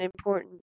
important